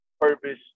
purpose